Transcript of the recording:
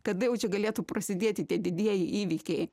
kada jau čia galėtų prasidėti tie didieji įvykiai